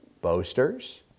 boasters